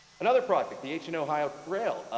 another project, the ancient ohio trail,